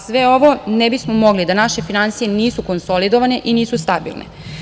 Sve ovo ne bismo mogli da naše finansije nisu konsolidovane i nisu stabilne.